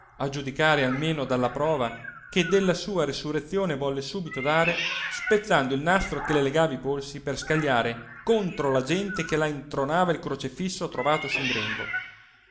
a giudicare almeno dalla prova che della sua resurrezione volle subito dare spezzando il nastro che le legava i polsi per scagliare contro la gente che la intronava il crocifisso trovatosi in grembo